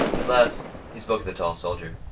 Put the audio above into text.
at last he spoke to the tall soldier.